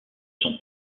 son